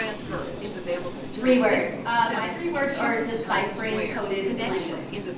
three words three words ah my three words are deciphering coded language.